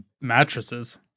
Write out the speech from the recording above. mattresses